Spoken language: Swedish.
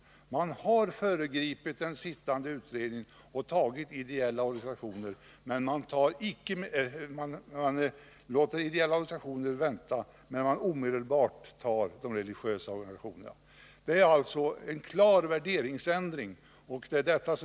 Man har föregripit den sittande utredningens resultat och låter ideella organisationer vänta, medan man omedelbart tar med de religiösa organisationerna. Det är alltså en klar värderingsändring.